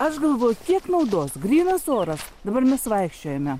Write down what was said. aš galvoju kiek naudos grynas oras dabar mes vaikščiojome